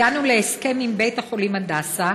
הגענו להסכם עם בית החולים הדסה